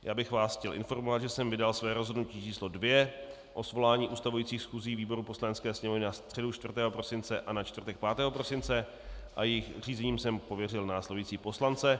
Chtěl bych vás informovat, že jsem vydal své rozhodnutí číslo 2 o svolání ustavujících schůzí výborů Poslanecké sněmovny na středu 4. prosince a na čtvrtek 5. prosince a jejich řízením jsem pověřil následující poslance.